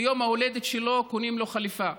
שביום ההולדת שלו קונים לו חליפה,